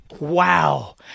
Wow